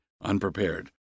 unprepared